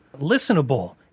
listenable